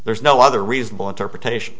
there's no other reasonable interpretation